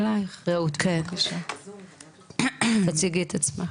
רעות, תציגי את עצמך.